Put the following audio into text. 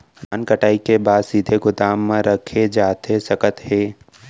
धान कटाई के बाद का सीधे गोदाम मा रखे जाथे सकत हे?